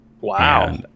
Wow